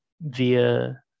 via